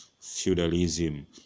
feudalism